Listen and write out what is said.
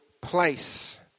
place